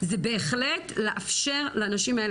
זה בהחלט לאשר לנשים האלה,